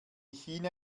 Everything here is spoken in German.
china